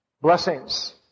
blessings